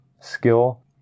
skill